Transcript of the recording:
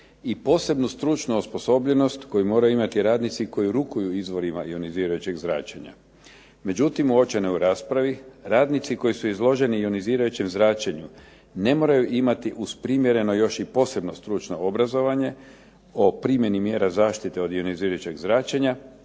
i posebnu stručnu osposobljenost koju moraju imati radnici koji rukuju izvorima ionizirajućeg zračenja. Međutim uočeno je u raspravi, radnici koji su izloženi ionizirajućem zračenju ne moraju imati uz primjereno još i posebno stručno obrazovanje o primjeni mjera zaštite od ionizirajućeg zračenja